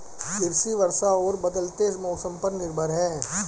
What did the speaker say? कृषि वर्षा और बदलते मौसम पर निर्भर है